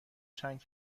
چند